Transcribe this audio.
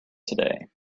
today